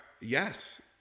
yes